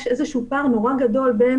יש איזשהו פער נורא גדול בין